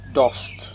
dost